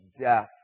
death